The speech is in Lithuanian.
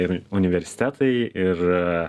ir universitetai ir